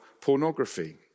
pornography